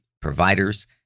providers